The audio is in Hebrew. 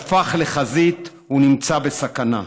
שהפך לחזית, ונמצא בסכנה.